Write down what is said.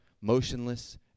motionless